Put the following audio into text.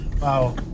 wow